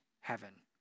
heaven